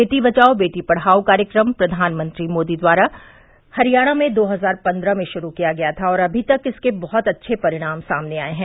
बेटी बचाओ बेटी पढ़ाओ कार्यक्रम प्रधानमंत्री श्री मोदी द्वारा हरियाणा में दो हजार पन्द्रह में शुरू किया गया था और अभी तक इसके बहुत अच्छे परिणाम आये हैं